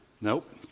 Nope